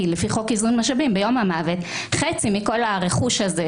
כי לפי חוק איזון משאבים ביום המוות חצי מכל הרכוש הזה,